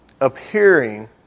appearing